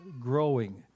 growing